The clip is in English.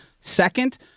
second